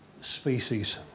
species